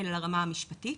אלא לרמה המשפטית.